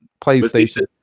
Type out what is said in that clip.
PlayStation